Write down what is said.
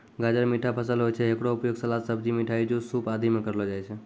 गाजर मीठा फसल होय छै, हेकरो उपयोग सलाद, सब्जी, मिठाई, जूस, सूप आदि मॅ करलो जाय छै